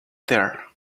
there